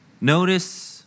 Notice